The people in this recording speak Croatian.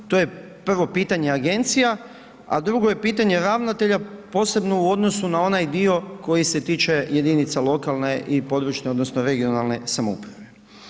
To je prvo pitanje agencija, a drugo je pitanje ravnatelja posebno u odnosu na onaj dio koji se tiče jedinica lokalne i područne odnosno regionalne samouprave.